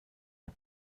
det